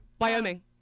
Wyoming